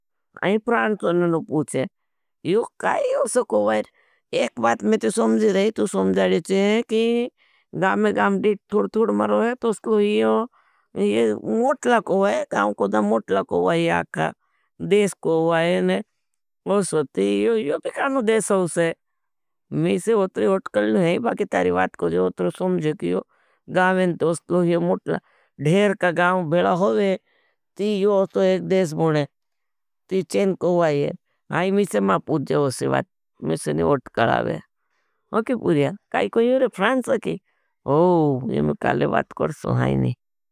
आही प्रांच उनने पूछे, यो काई उसको वाई। एक बात में तो सुमझी रही तो सुमझालेची हैं कि गाँ में गाँ डिट थूड थूड मरो है। तो स्लोहीयो ये मोटला को वाई, गाँ कोड़ा मोटला को वाई, याका देश कोड़ा वाई, यो पिकानो देश होसे, में से उतरी उठकल नहीं है। बाकि तारी बात कोड़ा उतरी सुमझे कि यो गाँ में तो स्लोहीयो मोटला। धेर का गाँ भेला होगे, ती यो उसको एक देश बोने, ती चेन कोड़ा वाई है, हाई में से माँ पुझे होसे बात, में से नहीं उठकल आवे, हाँ कि पुर्या, काई कोई नहीं हो रहे, फ्रांस की, हो, ये में काले बात कोड़ सु, हाई नहीं।